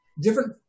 different